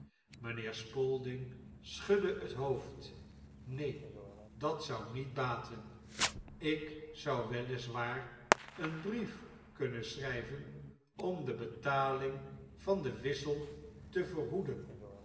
mynheer spalding schudde hefc hoofd h neen dat zou niet baten ik zou wel is waar een brief kunnen schrijven om de betaling van den wissel te verhoeden